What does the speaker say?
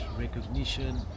recognition